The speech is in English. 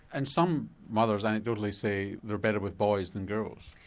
and some mothers anecdotally say they're better with boys than girls.